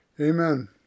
Amen